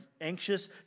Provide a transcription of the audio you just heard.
anxious